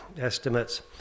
estimates